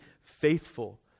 faithful